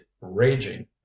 raging